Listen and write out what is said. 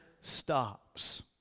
stops